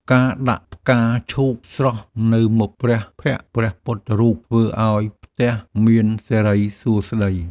ការដាក់ផ្កាឈូកស្រស់នៅមុខព្រះភ័ក្ត្រព្រះពុទ្ធរូប ធ្វើឱ្យផ្ទះមានសិរីសួស្តី។